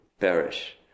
perish